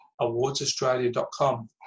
awardsaustralia.com